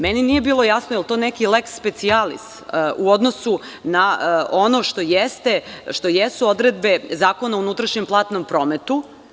Meni nije bilo jasno da li je to neki leks specijalis u odnosu na ono što jesu odredbe Zakona o unutrašnjem platnom prometu.